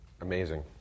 Amazing